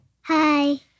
Hi